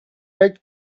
big